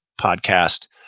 podcast